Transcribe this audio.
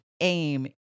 aim